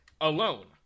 alone